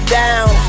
down